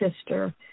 sister